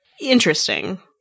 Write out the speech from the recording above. interesting